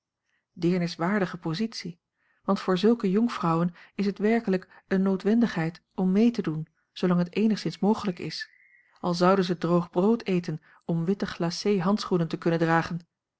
deerniswaardige positie want voor zulke jonkvrouwen is het werkelijk eene noodwendigheid om mee te doen zoolang het eenigszins mogelijk is al zouden zij droog brood eten om witte glacé handschoenen te kunnen dragen